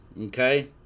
Okay